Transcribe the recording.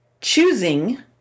choosing